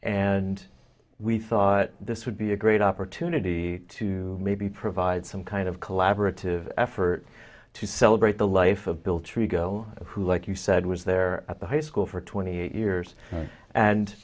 and we thought this would be a great opportunity to maybe provide some kind of collaborative effort to celebrate the life of bill trigo who like you said was there at the high school for twenty eight years and